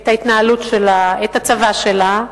את ההתנהלות שלה, את הצבא שלה,